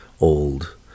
old